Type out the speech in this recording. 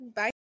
Bye